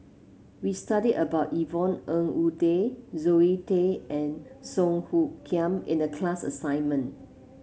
we studied about Yvonne Ng Uhde Zoe Tay and Song Hoot Kiam in the class assignment